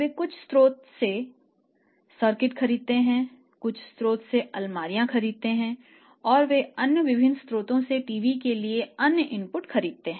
वे कुछ स्रोत से सर्किट खरीदते हैं कुछ स्रोत से अलमारियाँ और वे अन्य विभिन्न स्रोतों से टीवी के लिए अन्य इनपुट खरीद रहे हैं